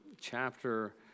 chapter